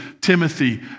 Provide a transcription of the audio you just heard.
Timothy